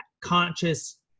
conscious